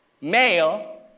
Male